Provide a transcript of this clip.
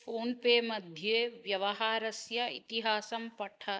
फ़ोन्पेमध्ये व्यवहारस्य इतिहासं पठ